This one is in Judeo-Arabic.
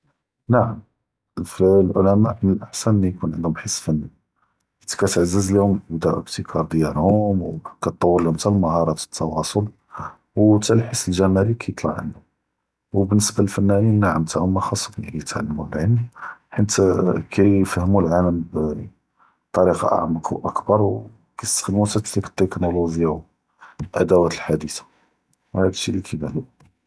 נעם، פ אלעולמאא מן אלאחסן יכון ענדهم חס פני، חית כתעזז להם ד אלבסיכאת דיאלهم ו כתטוור להם חתה אלמהאראת ד אלתואצול، ו חתה אלחס אלג’מאלי כיטלע ענדهم، ו באלניסבה ללפנאנין נעם חתה הומה ח’סם יתעלמו אלעילם חינת כיפהמו אלעאלם בטראיקה אַעמק ו אַכבר، ו כיסתעמלוה פ אלתוכלונוג’יא ו לאדואת אלחדית’ה.